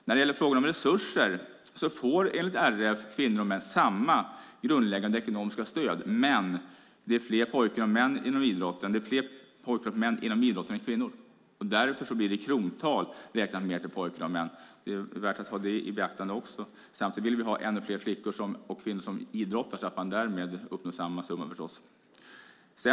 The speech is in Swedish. När det gäller frågan om resurser får enligt RF kvinnor och män samma grundläggande ekonomiska stöd. Men eftersom det är fler pojkar och män än kvinnor inom idrotten blir det i kronor räknat mer till pojkar och män. Det är värt att ha det i beaktande också. Samtidigt vill vi ha ännu fler flickor och kvinnor som idrottar, så att man därmed uppnår samma summa.